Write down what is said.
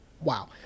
Wow